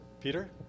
Peter